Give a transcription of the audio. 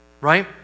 Right